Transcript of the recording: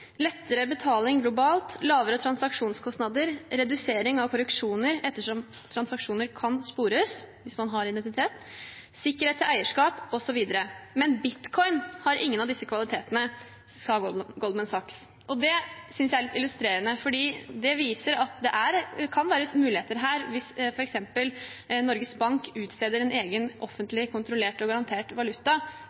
lettere betalinger globalt, lavere transaksjonskostnader, redusering av korreksjoner ettersom alle transaksjoner kan spores,» – hvis man har identitet – «sikkerhet til eierskap, og så videre. Men bitcoin har ingen av disse kvalitetene Det synes jeg er litt illustrerende, for det viser at det kan være muligheter her hvis f.eks. Norges Bank utsteder en egen offentlig, kontrollert og garantert valuta.